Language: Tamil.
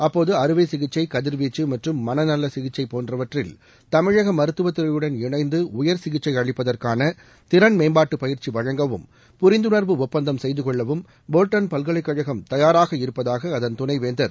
அப்போது அறுவை சிகிச்சை கதிர்வீச்சு மற்றும் மனநல சிகிச்சை போன்றவற்றில் தமிழக மருத்துவத்துறையுடன் இணைந்து உயர் சிகிச்சை அளிப்பதற்கான திறன் மேம்பாட்டுப் பயிற்சி வழங்கவும் புரிந்துணர்வு ஒப்பந்தம் செய்து கொள்ளவும் போல்டன் பல்கலைக் கழகம் தயாராக இருப்பதாக அதன் துணைவேந்தர்